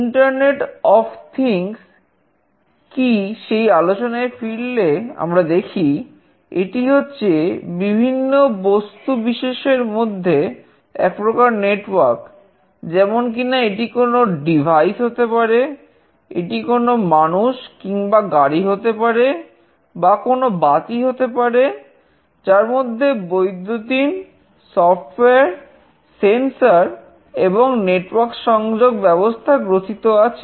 internet of things সংযোগ ব্যবস্থা গ্রথিত আছে